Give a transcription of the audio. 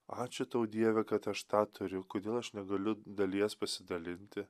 ačiū tau dieve kad aš tą turiu kodėl aš negaliu dalies pasidalinti